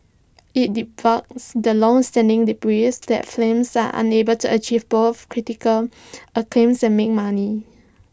IT debunks the longstanding belief that films are unable to achieve both critical acclaim and make money